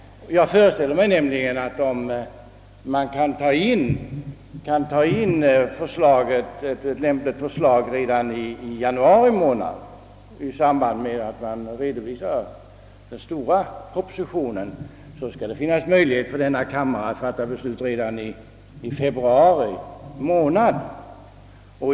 Jag föreställer mig att om ett förslag föreläggs riksdagen i statsverkspropositionen, så skall det finnas möjlighet för riksdagen att fatta beslut redan i februari månad.